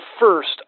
first